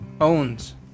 Owns